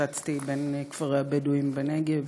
התרוצצתי בין כפרי הבדואים בנגב.